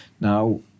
Now